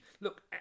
Look